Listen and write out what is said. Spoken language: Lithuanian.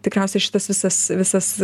tikriausiai ištisas visas